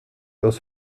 aus